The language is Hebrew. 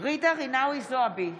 ג'ידא רינאוי זועבי,